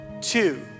two